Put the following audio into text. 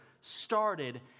started